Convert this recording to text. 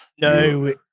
No